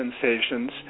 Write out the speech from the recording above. sensations